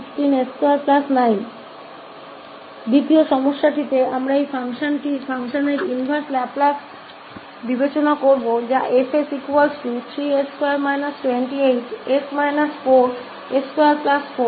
दूसरी समस्या में हम इस फंक्शन के इनवर्स लाप्लास ट्रांसफॉर्म पर विचार करेंगे जो कि F3s2 28s24 है